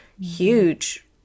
huge